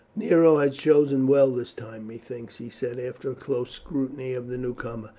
nero has chosen well this time, methinks, he said after a close scrutiny of the newcomer.